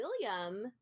William